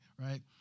Right